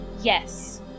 Yes